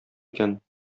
икән